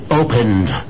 opened